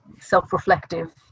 self-reflective